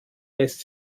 lässt